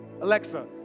Alexa